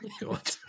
God